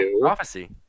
Prophecy